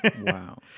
Wow